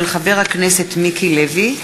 מאת חבר הכנסת מיקי לוי,